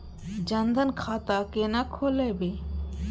जनधन खाता केना खोलेबे?